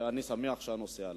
אני שמח שהנושא עלה.